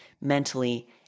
mentally